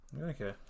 okay